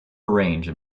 arranged